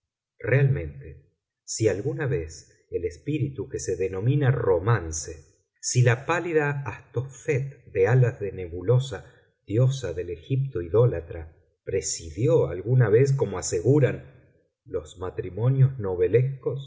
realmente si alguna vez el espíritu que se denomina romance si la pálida astophet de alas de nebulosa diosa del egipto idólatra presidió alguna vez como aseguran los matrimonios